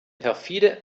perfide